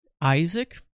Isaac